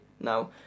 Now